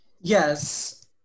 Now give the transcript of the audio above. Yes